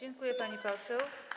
Dziękuję, pani poseł.